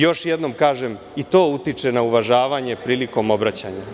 Još jednom kažem, i to utiče na uvažavanje prilikom obraćanja.